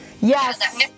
Yes